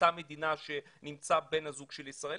באותה מדינה שנמצא בן הזוג של הישראלי.